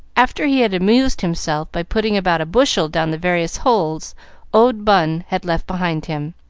after he had amused himself by putting about a bushel down the various holes old bun had left behind him.